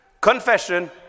Confession